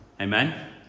amen